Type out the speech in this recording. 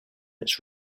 its